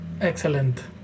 excellent